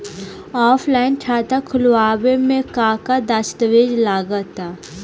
Offline खाता खुलावे म का का दस्तावेज लगा ता?